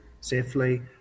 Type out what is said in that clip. safely